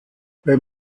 beim